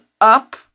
up